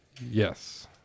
Yes